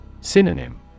Synonym